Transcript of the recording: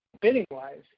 bidding-wise